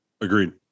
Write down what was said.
Agreed